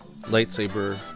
lightsaber